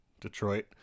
Detroit